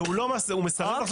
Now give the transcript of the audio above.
והוא מסרב לחשוף את ההכנסות.